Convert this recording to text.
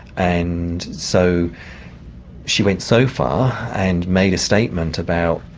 and so she went so far, and made a statement about,